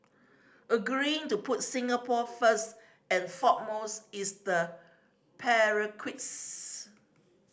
agreeing to put Singapore first and foremost is the